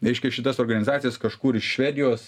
reiškia šitas organizacijas kažkur iš švedijos